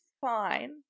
fine